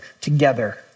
together